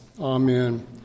Amen